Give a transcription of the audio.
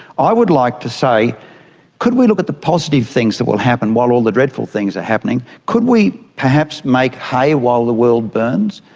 i would like to say could we look at the positive things that will happen while all the dreadful things are happening? could we perhaps make hay while the world burns?